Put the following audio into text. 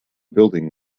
building